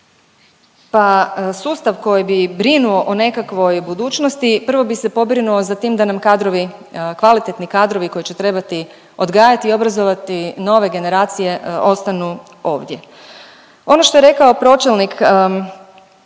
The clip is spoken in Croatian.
Pa sustav koji bi brinuo o nekakvoj budućnosti prvo bi se pobrinuo za tim da nam kadrovi, kvalitetni kadrovi koji će trebati odgajati i obrazovati nove generacije ostanu ovdje. Ono što je rekao pročelnik